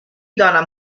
دانم